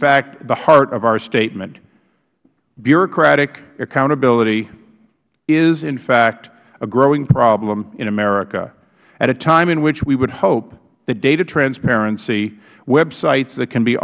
fact the heart of our statement bureaucratic accountability is in fact a growing problem in america at a time in which we would hope that data transparency websites that can be